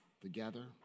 together